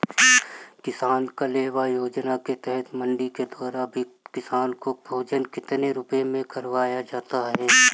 किसान कलेवा योजना के तहत मंडी के द्वारा किसान को भोजन कितने रुपए में करवाया जाता है?